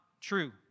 true